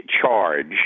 charge